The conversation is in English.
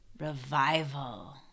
Revival